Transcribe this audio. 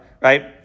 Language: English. right